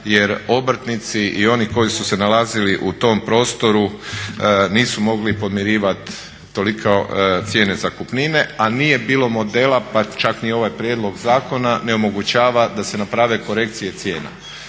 jer obrtnici i oni koji su se nalazili u tom prostoru nisu mogli podmirivati tolike cijene zakupnina, a nije bilo modela pa čak ni ovaj prijedlog zakona ne omogućava da se naprave korekcije cijena.